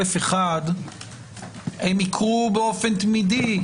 אל תפנו אותנו בעניין הזה לתוספת כי יש פה דרישה מהותית.